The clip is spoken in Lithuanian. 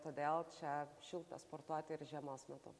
todėl čia šilta sportuot ir žiemos metu